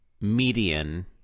median